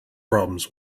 problems